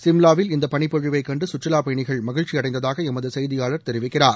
சிம்லாவில் இந்த பனிப்பொழிவை கண்டு சுற்றுலாப்பயணிகள் மகிழ்ச்சியடைந்ததாக எமது செய்தியாளர் தெரிவிக்கிறார்